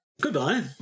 Goodbye